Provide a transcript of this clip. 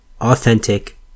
Authentic